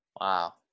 Wow